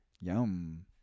Yum